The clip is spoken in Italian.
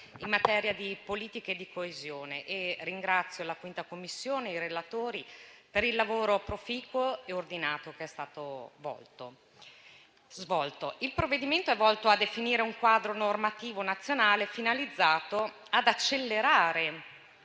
in materia di politiche di coesione. Ringrazio la 5a Commissione e i relatori per il lavoro proficuo e ordinato che è stato svolto. Il provvedimento è volto a definire un quadro normativo nazionale finalizzato ad accelerare